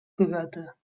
gehörte